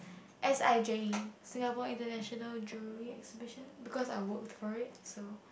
S_I_J Singapore International Jury exhibition because I work for it so